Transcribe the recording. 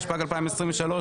התשפ"ג-2023,